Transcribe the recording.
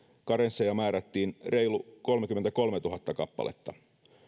karensseja määrättiin reilu kolmekymmentäkolmetuhatta kappaletta